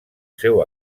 seu